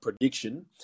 prediction